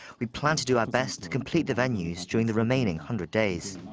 we plan to do our best to complete the venues during the remaining hundred days.